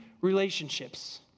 relationships